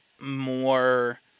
more